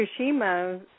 Fukushima